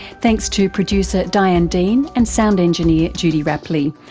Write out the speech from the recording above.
thanks to producer diane dean and sound engineer judy rapley,